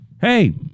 Hey